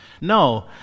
No